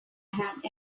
have